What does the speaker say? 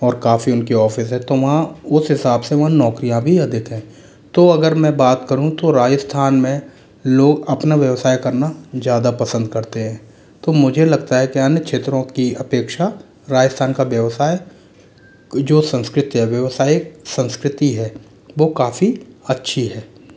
और काफ़ी उनके ऑफिस हैं तो वहाँ उस हिसाब से वो नौकरियाँ भी अधिक हैं तो अगर मैं बात करूँ तो राजस्थान में लोग अपना व्यवसाय करना ज़्यादा पसंद करते हैं तो मुझे लगता है कि अन्य क्षेत्रों की अपेक्षा राजस्थान का व्यवसाय जो संस्कृति या व्यवसाय संस्कृति है वो काफ़ी अच्छी है